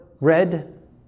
Red